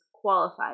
qualified